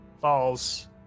falls